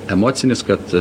emocinis kad